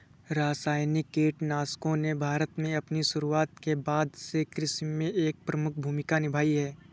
रासायनिक कीटनाशकों ने भारत में अपनी शुरूआत के बाद से कृषि में एक प्रमुख भूमिका निभाई हैं